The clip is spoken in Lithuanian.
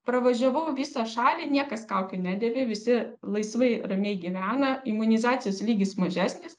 pravažiavau visą šalį niekas kaukių nedėvi visi laisvai ramiai gyvena imunizacijos lygis mažesnis